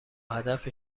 هدف